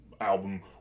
album